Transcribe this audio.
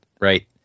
right